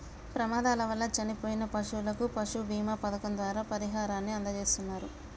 ప్రమాదాల వల్ల చనిపోయిన పశువులకు పశువుల బీమా పథకం ద్వారా పరిహారాన్ని అందజేస్తున్నరు